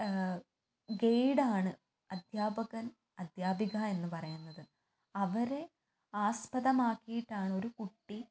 guide ആണ് അദ്ധ്യാപകൻ അദ്ധ്യാപിക എന്ന് പറയുന്നത് അവരെ ആസ്പദമാക്കീട്ടാണൊരു കുട്ടി